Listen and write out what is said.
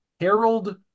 Harold